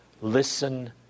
Listen